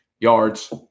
yards